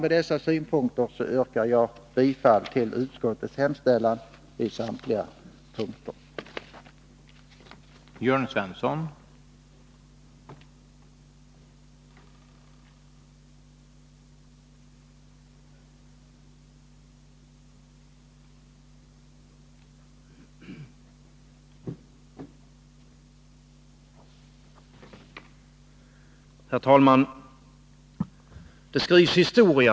Med dessa synpunkter yrkar jag bifall till utskottets hemställan på samtliga punkter.